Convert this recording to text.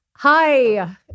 Hi